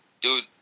Dude